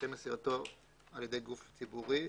דרכי מסירתו על ידי גוף ציבורי.